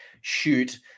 shoot